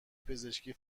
پزشکی